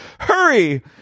Hurry